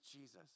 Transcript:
Jesus